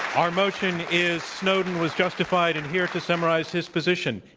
our motion is snowden was justified. and here to summarize his position,